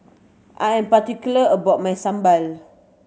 I am particular about my sambal